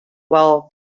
while